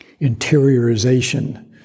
interiorization